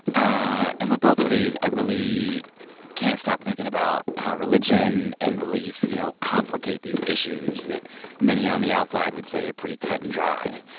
ah and with both of these, i really can't stop thinking about how religion and belief, you know, complicate these issues that many on the outside would say are pretty cut and dry.